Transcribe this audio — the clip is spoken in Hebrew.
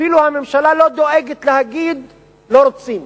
אפילו הממשלה לא דואגת להגיד לא רוצים,